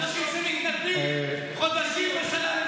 אנשים שמתנדבים חודשים או שנה למילואים,